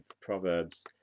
Proverbs